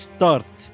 Start